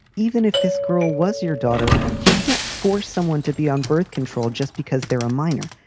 even if this girl was your daughter, you can't force someone to be on birth control just because they're a minor.